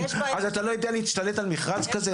אז אתה לא יודע להשתלט על מכרז כזה?